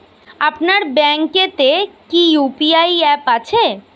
আপনার ব্যাঙ্ক এ তে কি ইউ.পি.আই অ্যাপ আছে?